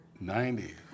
Ninety